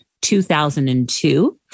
2002